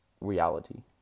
Reality